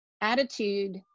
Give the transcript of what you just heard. attitude